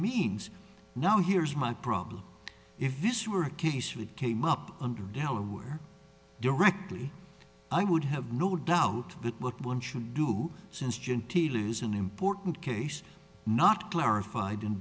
means now here's my problem if this were a case we came up under delaware directly i would have no doubt that what one should do since genteel is an important case not clarified in